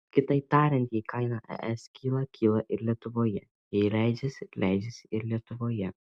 kitaip tariant jei kaina es kyla kyla ir lietuvoje jei leidžiasi leidžiasi ir lietuvoje